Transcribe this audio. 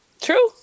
True